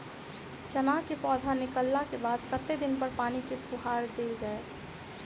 चना केँ पौधा निकलला केँ बाद कत्ते दिन पर पानि केँ फुहार देल जाएँ?